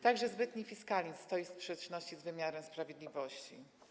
Także zbytni fiskalizm stoi w sprzeczności z wymiarem sprawiedliwości.